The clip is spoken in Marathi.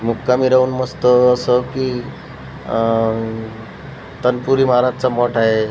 मुक्कामी राहून मस्त असं की तनपुरी महाराजाचा मठ आहे